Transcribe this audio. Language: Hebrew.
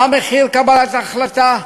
מה מחיר קבלת החלטה?